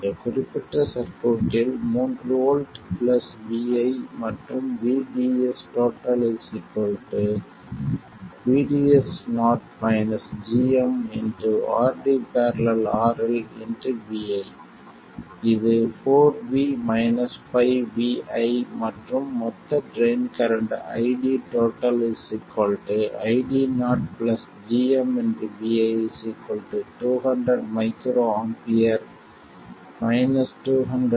இந்த குறிப்பிட்ட சர்க்யூட்டில் 3 வோல்ட் vi மற்றும் VDS VDS0 gm RD ║RL vi இது 4 v 5 vi மற்றும் மொத்த drain current ID ID0 gmvi 200 µA 200 µS vi